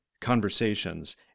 conversations